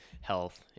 health